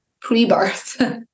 pre-birth